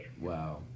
Wow